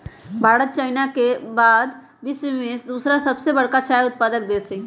Bharat China के बाद विश्व में दूसरा सबसे बड़का चाय उत्पादक देश हई